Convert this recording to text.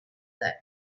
that